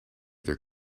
their